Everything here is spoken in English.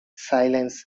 silence